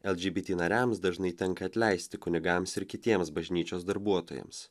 lgbt nariams dažnai tenka atleisti kunigams ir kitiems bažnyčios darbuotojams